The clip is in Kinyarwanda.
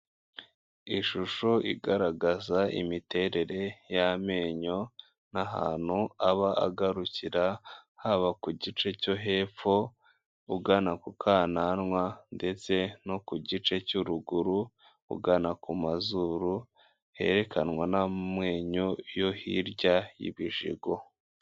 Ishusho igaragaza imiterere y'amenyo n'ahantu aba agarukira, haba ku gice cyo hepfo ugana ku kananwa ndetse no ku gice cyo ruguru ugana ku mazuru, herekanwa n'amenyo yo hirya y'ibijigo.